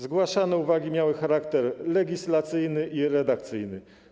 Zgłaszane uwagi miały charakter legislacyjny i redakcyjny.